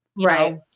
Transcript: Right